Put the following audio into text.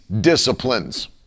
disciplines